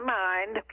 mind